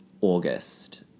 August